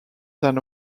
than